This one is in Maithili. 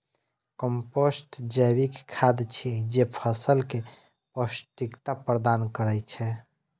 कंपोस्ट जैविक खाद छियै, जे फसल कें पौष्टिकता प्रदान करै छै